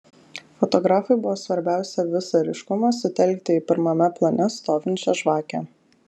fotografui buvo svarbiausia visą ryškumą sutelkti į pirmame plane stovinčią žvakę